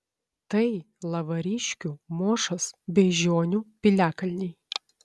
tai lavariškių mošos beižionių piliakalniai